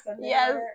yes